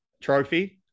trophy